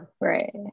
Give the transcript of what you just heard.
right